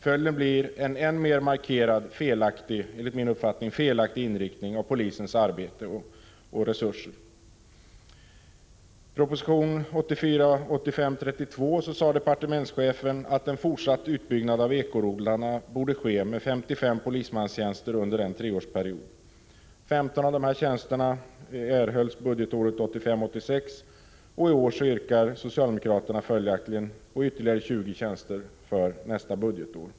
Följden blir en än mer markerad, enligt min uppfattning, felaktig inriktning av polisens arbete och resurser. I proposition 1984 86. I år yrkar socialdemokraterna följaktligen ytterligare 20 tjänster nästa budgetår.